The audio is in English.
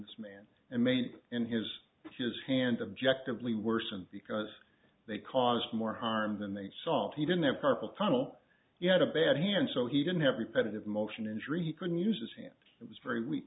this man and made in his his hand objective lee worsen because they cause more harm than they solve he didn't have carpal tunnel you had a bad hand so he didn't have repetitive motion injury he couldn't use his hands that was very weak